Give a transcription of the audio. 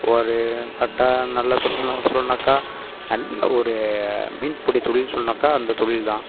ஒரு கரெட்டாக நல்லா சொல்லனா சொல்லனாக்கா நல்ல ஒரு மீன் பிடி தொழில்னு சொல்லனாக்கா அந்த தொழில் தான்